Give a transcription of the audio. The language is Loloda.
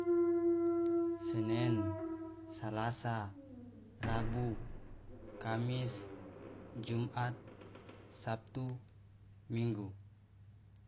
Senen salasa rabu kamis jumat sabtu minggu.